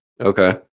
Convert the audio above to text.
Okay